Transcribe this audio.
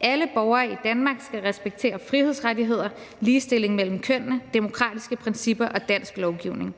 Alle borgere i Danmark skal respektere frihedsrettigheder, ligestilling mellem kønnene, demokratiske principper og dansk lovgivning.